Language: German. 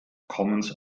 commons